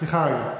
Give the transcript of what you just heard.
כלכלה, סליחה, רגע.